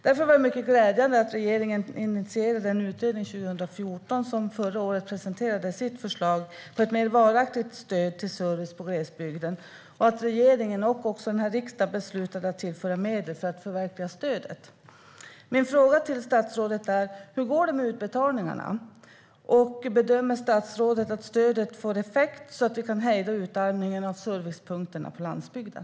Därför var det mycket glädjande att regeringen 2014 initierade en utredning som förra året presenterade sitt förslag på ett mer varaktigt stöd till service i glesbygden och att regeringen och också denna riksdag beslutade att tillföra medel för att förverkliga stödet. Mina frågor till statsrådet är: Hur går det med utbetalningarna? Bedömer statsrådet att stödet får effekt så att det kan hejda utarmningen av servicepunkterna på landsbygden?